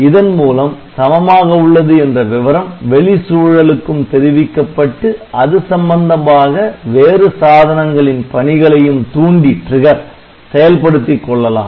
இதன் மூலம் சமமாக உள்ளது என்ற விவரம் வெளி சூழலுக்கும் தெரிவிக்கப்பட்டு அது சம்பந்தமாக வேறு சாதனங்களின் பணிகளையும் தூண்டி செயல்படுத்திக் கொள்ளலாம்